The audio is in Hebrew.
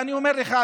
אני אומר לך,